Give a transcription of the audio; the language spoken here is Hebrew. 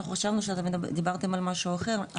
אנחנו חשבנו שדיברתם על משהו אחר.